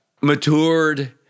matured